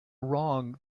wrong